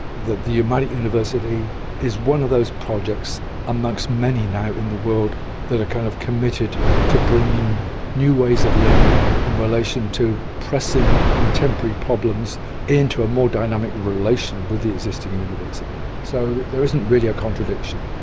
the the urmadic university is one of those projects amongst many now in the world that are kind of committed to bringing new ways of learning in relation to pressing contemporary problems into a more dynamic relation with the existing university. so there isn't really a contradiction.